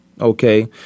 Okay